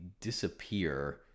disappear